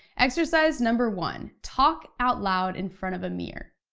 exercise number one, talk out loud in front of a mirror.